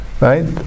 Right